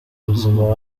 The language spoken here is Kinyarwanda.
buzima